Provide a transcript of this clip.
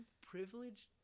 privileged